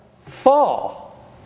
fall